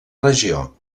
regió